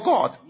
God